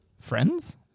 friends